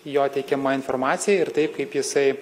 jo teikiama informacija ir taip kaip jisai